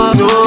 no